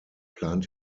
plant